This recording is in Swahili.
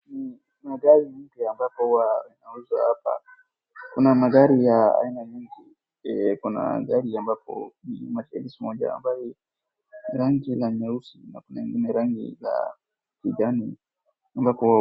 Magari mpya ambapo huwa zinauzwa hapa, kuna magari za aina nyingi, kuna gari ambapo ni Mercedes moja ambaye ni rangi la nyeusi na rangi kuna yenye rangi la kijani ambapo.